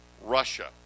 Russia